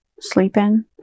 sleeping